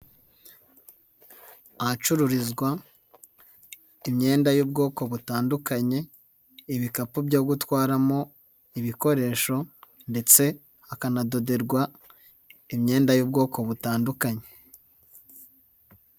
Ahacururizwa imyenda y'ubwoko butandukanye, ibikapu byo gutwaramo ibikoresho ndetse hakanadoderwa imyenda y'ubwoko butandukanye.